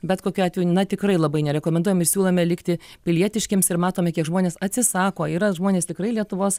bet kokiu atveju na tikrai labai nerekomenduojam ir siūlome likti pilietiškiems ir matome kiek žmonės atsisako yra žmonės tikrai lietuvos